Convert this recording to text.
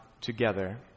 together